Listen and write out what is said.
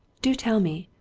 do tell me?